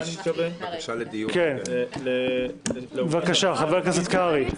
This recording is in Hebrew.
בבקשה, חבר הכנסת קרעי.